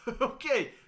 Okay